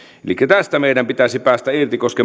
tästä meidän pitäisi päästä irti koska